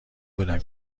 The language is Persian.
بودم